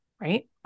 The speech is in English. right